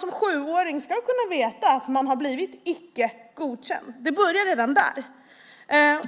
Som sjuåring ska man kunna veta att man har blivit icke godkänd. Det börjar redan där.